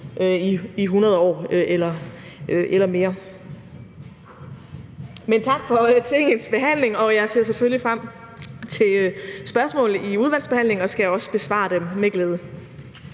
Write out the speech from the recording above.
i 100 år eller mere. Men tak for Tingets behandling. Jeg ser selvfølgelig frem til spørgsmålene i udvalgsbehandlingen og skal også besvare dem med glæde.